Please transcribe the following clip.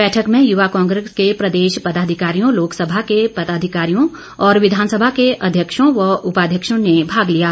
बैठक में युवा कांग्रेस के प्रदेश पदाधिकारियों लोकसभा के पदाधिकारियों और विधानसभा के अध्यक्षों व उपाध्यक्षों ने भाग लिया